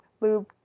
lube